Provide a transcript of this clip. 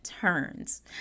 turns